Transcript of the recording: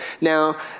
Now